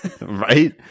Right